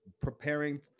preparing